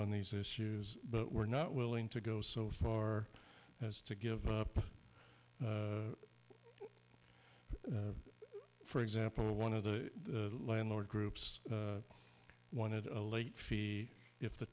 on these issues but we're not willing to go so far as to give up for example one of the landlord groups wanted a late fee if the